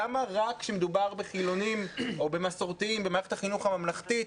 למה רק כשמדובר בחילונים או במסורתיים במערכת החינוך הממלכתית